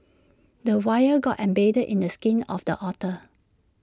the wire got embedded in the skin of the otter